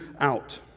out